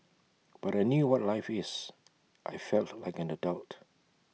but I knew what life is I felt like an adult